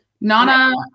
Nana